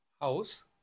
house